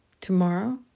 tomorrow